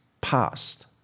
past